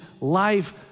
life